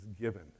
given